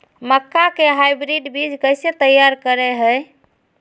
मक्का के हाइब्रिड बीज कैसे तैयार करय हैय?